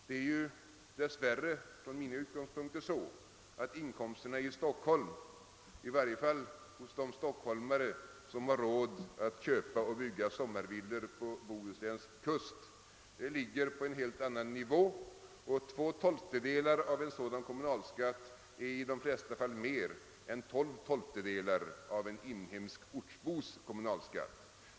Det är ju, dessvärre, från mina utgångspunkter, så att inkomsterna i Stockholm — i varje fall gäller detta de stockholmare som har råd att köpa och bygga sommarvillor på Bohusläns kust — ligger på en helt annan nivå än inkomsterna i Bohuslän, och två tolftedelar av en sådan kommunalskatt är i de flesta fall mer än tolv tolftedelar av en inhemsk ortbos kommunalskatt.